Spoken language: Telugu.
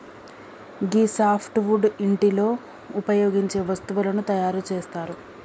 గీ సాప్ట్ వుడ్ ఇంటిలో ఉపయోగించే వస్తువులను తయారు చేస్తరు